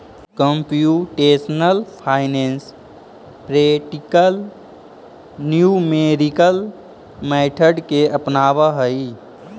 computational finance practical numerical method के अपनावऽ हई